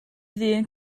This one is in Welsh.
ddyn